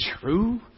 true